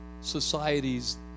societies